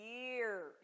years